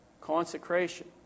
Consecration